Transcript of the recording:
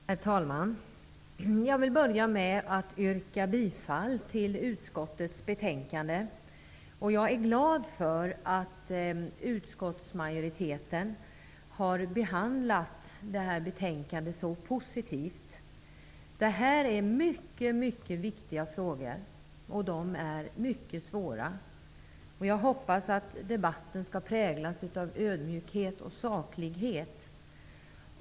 Herr talman! Jag vill först yrka bifall till utskottets hemställan. Jag är glad för att utskottsmajoritetens behandling i detta betänkande är så positiv. Det här är mycket viktiga frågor, och de är mycket svåra. Jag hoppas att debatten skall präglas av ödmjukhet och saklighet.